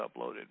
uploaded